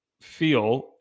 feel